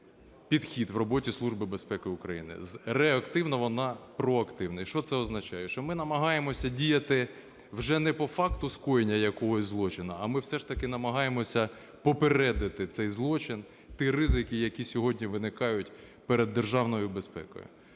безпеки України з реактивного на проактивний. Що це означає? Що ми намагаємося діяти вже не по факту скоєння якогось злочину, а ми все ж таки намагаємося попередити той злочин, ті ризики, які сьогодні виникають перед державною безпекою.